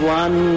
one